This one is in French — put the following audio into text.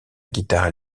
guitare